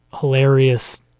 hilarious